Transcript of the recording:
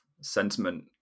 sentiment